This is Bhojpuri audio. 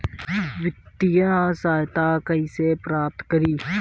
वित्तीय सहायता कइसे प्राप्त करी?